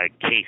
case